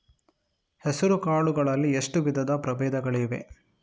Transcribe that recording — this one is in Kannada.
ಹೆಸರುಕಾಳು ಗಳಲ್ಲಿ ಎಷ್ಟು ವಿಧದ ಪ್ರಬೇಧಗಳಿವೆ?